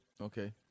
Okay